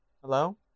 Hello